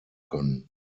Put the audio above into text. können